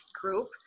group